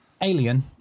Alien